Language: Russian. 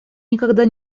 никогда